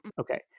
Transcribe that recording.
Okay